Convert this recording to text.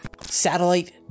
Satellite